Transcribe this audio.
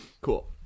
Cool